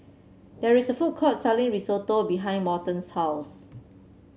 there is a food court selling Risotto behind Morton's house